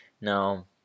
Now